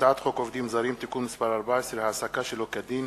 הצעת חוק עובדים זרים (תיקון מס' 14) (העסקה שלא כדין,